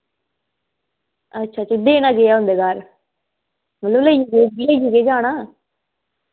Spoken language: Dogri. अच्छा ते देना केह् ऐ उंदे घर लेइयै केह् जाना